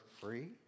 free